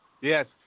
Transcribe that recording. Yes